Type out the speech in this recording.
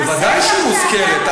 ודאי שהיא מוזכרת.